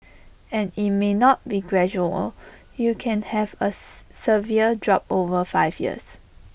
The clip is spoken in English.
and IT may not be gradual you can have A C severe drop over five years